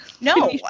No